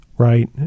right